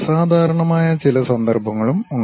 അസാധാരണമായ ചില സന്ദർഭങ്ങളും ഉണ്ട്